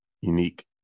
unique